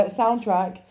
soundtrack